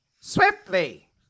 Swiftly